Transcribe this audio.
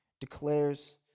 declares